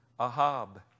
Ahab